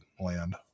land